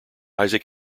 isaac